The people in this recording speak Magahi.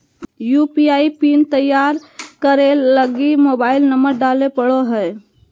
यू.पी.आई पिन तैयार करे लगी मोबाइल नंबर डाले पड़ो हय